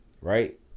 right